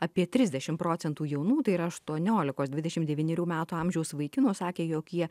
apie trisdešim procentų jaunų tai yra aštuoniolikos dvidešim devynierių metų amžiaus vaikinų sakė jog jie